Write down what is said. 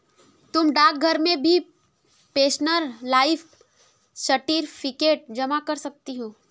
तुम डाकघर में भी पेंशनर लाइफ सर्टिफिकेट जमा करा सकती हो